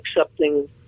accepting